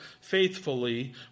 faithfully